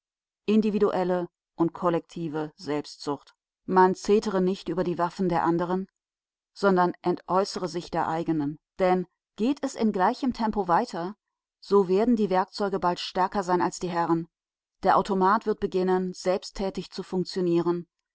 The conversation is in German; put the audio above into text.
individuelle und kollektive selbstzucht man zetere nicht über die waffen der anderen sondern entäußere sich der eigenen denn geht es in gleichem tempo weiter so werden die werkzeuge bald stärker sein als die herren der automat wird beginnen selbsttätig zu funktionieren